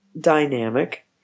dynamic